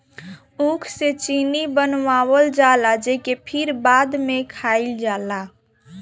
ऊख से चीनी बनावल जाला जेके फिर बाद में खाइल जाला